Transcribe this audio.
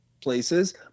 places